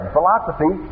philosophy